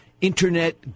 Internet